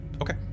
Okay